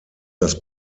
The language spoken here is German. das